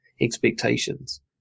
expectations